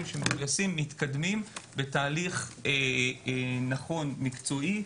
שמגויסים מתקדמים בתהליך נכון מקצועי,